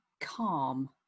calm